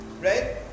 Right